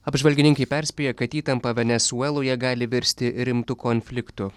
apžvalgininkai perspėja kad įtampa venesueloje gali virsti rimtu konfliktu